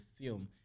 film